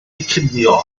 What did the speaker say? cinio